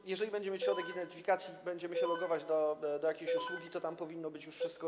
To jeżeli będziemy mieć środek identyfikacji, będziemy się logować do jakiejś usługi, to tam powinno być już wszystko.